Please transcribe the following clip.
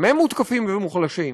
גם הם מותקפים ומוחלשים.